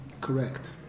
correct